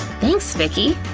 thanks, vicki!